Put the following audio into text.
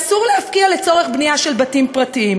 שאסור להפקיע לצורך בנייה של בתים פרטיים.